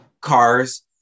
Cars